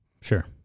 Sure